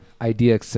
idea